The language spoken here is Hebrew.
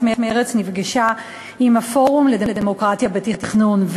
מרצ נפגשה עם הפורום לדמוקרטיה בתכנון,